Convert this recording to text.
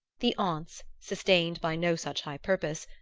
the aunts, sustained by no such high purpose,